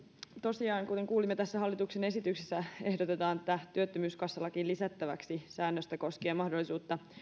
tosiaan kuten kuulimme tässä hallituksen esityksessä ehdotetaan työttömyyskassalakiin lisättäväksi säännöstä koskien mahdollisuutta